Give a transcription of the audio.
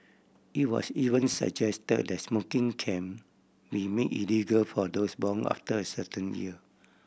it was even suggest the smoking can we made illegal for those born after a certain year